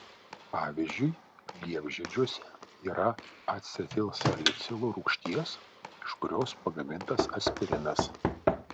pavyzdžiui liepžiedžiuose yra acetilsalicilo rūgšties iš kurios pagamintas aspirinas